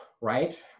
right